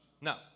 No